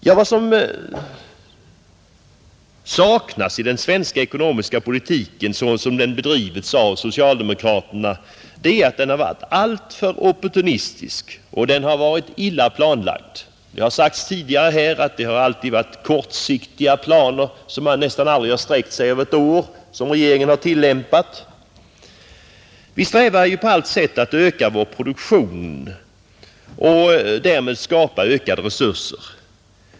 Vad som framför allt präglat den svenska ekonomiska politiken, sådan den bedrivits av socialdemokraterna, är att den har varit alltför opportunistisk och att den har varit illa planlagd. Det har sagts tidigare här att regeringen har tillämpat kortsiktiga planer, som nästan aldrig har sträckt sig över ett år. Vi strävar på allt sätt att öka vår produktion och därmed skapa ökade resurser.